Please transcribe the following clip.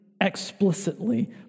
explicitly